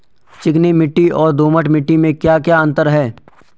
चिकनी मिट्टी और दोमट मिट्टी में क्या क्या अंतर है?